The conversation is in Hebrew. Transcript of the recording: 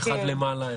אחד למעלה,